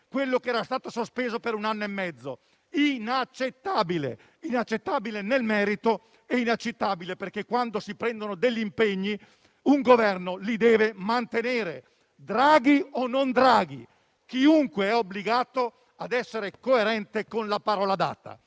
quello che era stato sospeso per un anno e mezzo: è inaccettabile nel merito e nel metodo perché, quando prende impegni, un Governo li deve mantenere, Draghi o non Draghi; chiunque è obbligato a essere coerente con la parola data.